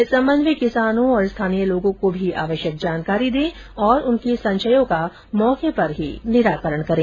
इस संबंध में किसानों और स्थानीय लोगों को भी आवश्यक जानकारी दें और उनके संशयों का मौके पर ही निराकरण करें